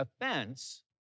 offense